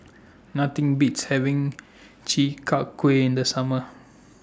Nothing Beats having Chi Kak Kuih in The Summer